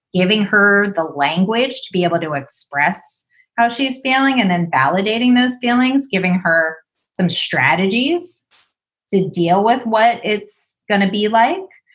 giving her the language to be able to express how she is feeling and then validating those feelings, giving her some strategies to deal with what it's going to be like.